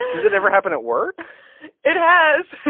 does it ever happen at work it has